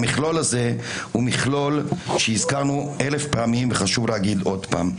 המכלול הזה הוא מכלול שהזכרנו אלף פעמים וחשוב לומר עוד פעם.